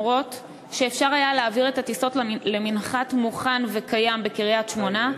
אף שאפשר היה להעביר את הטיסות למנחת מוכן וקיים בקריית שמונה,